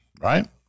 right